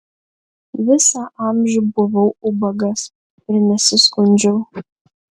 visą amžių buvau ubagas ir nesiskundžiau